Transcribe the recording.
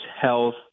health